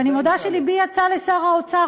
ואני מודה שלבי יצא לשר האוצר.